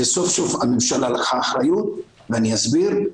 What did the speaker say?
שסוף סוף הממשלה לקחה אחריות ואני אסביר,